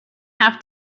have